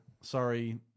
Sorry